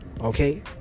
Okay